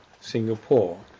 Singapore